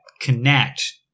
connect